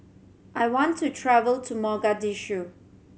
I want to travel to Mogadishu